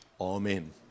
Amen